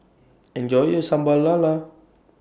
Enjoy your Sambal Lala